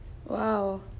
!wow!